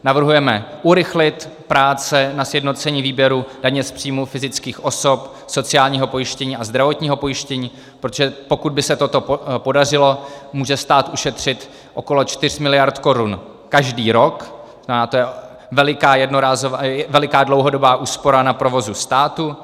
Navrhujeme urychlit práce na sjednocení výběru daně z příjmů fyzických osob, sociálního pojištění a zdravotního pojištění, protože pokud by se toto podařilo, může stát ušetřit okolo 4 mld. korun každý rok a to je veliká dlouhodobá úspora na provozu státu.